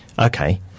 okay